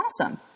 awesome